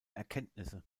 erkenntnisse